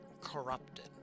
corrupted